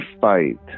fight